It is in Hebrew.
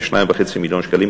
כ-2.5 מיליון שקלים,